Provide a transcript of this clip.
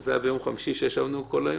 שזה היה ביום חמישי שישבנו כל היום.